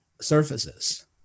surfaces